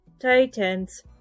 Titans